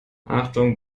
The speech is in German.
achtung